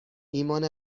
ایمان